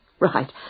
Right